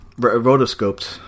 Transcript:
rotoscoped